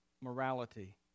morality